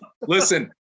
Listen –